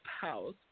house